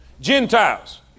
Gentiles